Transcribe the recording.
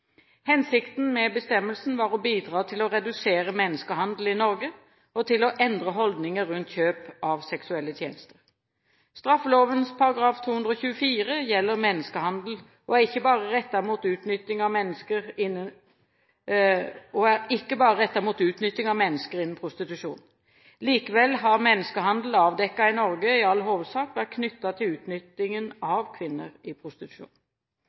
Hensikten med bestemmelsen var å bidra til å redusere menneskehandel i Norge og til å endre holdninger rundt kjøp av seksuelle tjenester. Straffeloven § 224 gjelder menneskehandel og er ikke bare rettet mot utnytting av mennesker innen prostitusjon. Likevel har menneskehandel avdekket i Norge i all hovedsak vært knyttet til utnyttingen av kvinner i prostitusjon.